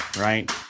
Right